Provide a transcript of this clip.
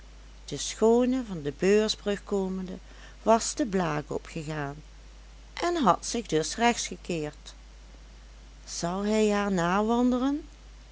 de schoone van de beursbrug komende was de blaak opgegaan en had zich dus rechts gekeerd zal hij haar